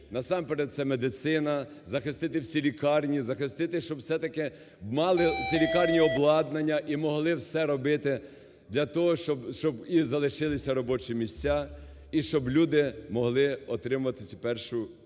насамперед, це медицина, захистити всі лікарні, захистити, щоб все-таки мали ці лікарні обладнання і могли все робити для того, щоб і залишилися робочі місця і щоб люди могли отримати цю першу